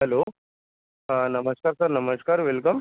hello आ नमस्कार sir नमस्कार वेलकम